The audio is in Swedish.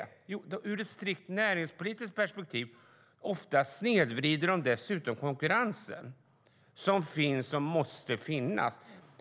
Jo, det är ur ett strikt näringspolitiskt perspektiv, och ofta snedvrider de dessutom den konkurrens som måste finnas.